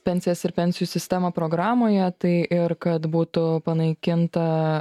pensijas ir pensijų sistemą programoje tai ir kad būtų panaikinta